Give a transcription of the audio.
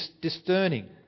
discerning